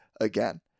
again